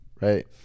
right